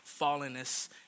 fallenness